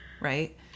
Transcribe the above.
right